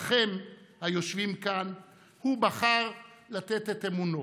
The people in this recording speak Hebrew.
בכם, היושבים כאן, הוא בחר לתת את אמונו.